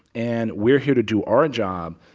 and we're here to do our job.